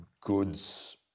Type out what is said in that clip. goods